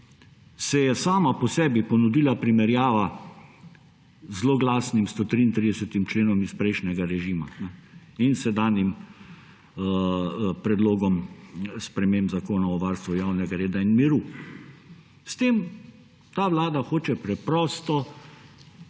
se je sama po sebi ponudila primerjava z zloglasnim 133. členom iz prejšnjega režima in sedanjim predlogom sprememb Zakona o varstvu javnega reda in miru. S tem ta vlada hoče preprosto